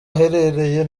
aherereye